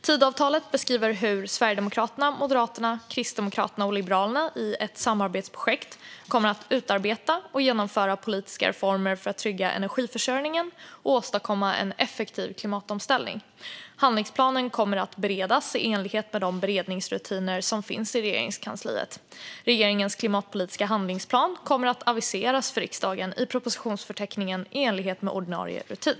Tidöavtalet beskriver hur Sverigedemokraterna, Moderaterna, Kristdemokraterna och Liberalerna i ett samarbetsprojekt kommer att utarbeta och genomföra politiska reformer för att trygga energiförsörjningen och åstadkomma en effektiv klimatomställning. Handlingsplanen kommer att beredas i enlighet med de beredningsrutiner som finns i Regeringskansliet. Regeringens klimatpolitiska handlingsplan kommer att aviseras för riksdagen i propositionsförteckningen, i enlighet med ordinarie rutin.